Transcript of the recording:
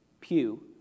pew